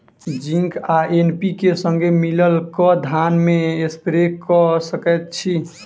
Zinc आ NPK, संगे मिलल कऽ धान मे स्प्रे कऽ सकैत छी की?